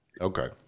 Okay